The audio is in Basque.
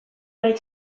nahi